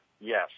Yes